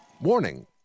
Warning